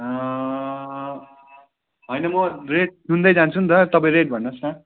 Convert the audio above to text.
होइन म रेट सुन्दै जान्छु त तपाईँ रेट भन्नुहोस् न